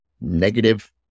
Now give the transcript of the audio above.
negative